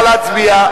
נא להצביע.